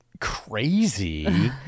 crazy